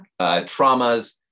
traumas